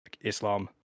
Islam